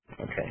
Okay